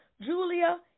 Julia